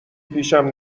پیشم